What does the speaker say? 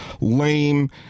lame